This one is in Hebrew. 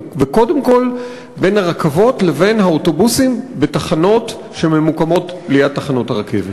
וקודם כול בין הרכבות לבין האוטובוסים בתחנות שממוקמות ליד תחנות הרכבת?